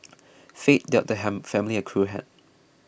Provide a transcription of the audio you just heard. fate dealt the ham family a cruel hand